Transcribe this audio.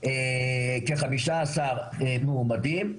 כ- 15 מועמדים,